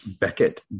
Beckett